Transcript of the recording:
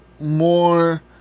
more